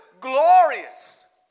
glorious